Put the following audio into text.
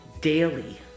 daily